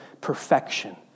perfection